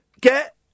get